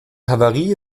havarie